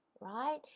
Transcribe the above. right